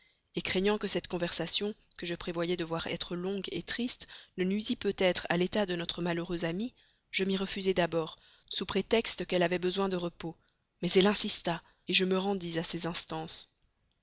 confidence craignant que cette conversation que je prévoyais devoir être longue triste ne nuisît peut-être à l'état de notre malheureuse amie je m'y refusai d'abord sous prétexte qu'elle avait besoin de repos mais elle insista je me rendis à ses instances